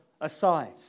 aside